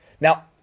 Now